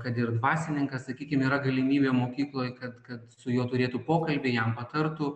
kad ir dvasininkas sakykim yra galimybė mokykloj kad kad su juo turėtų pokalbį jam patartų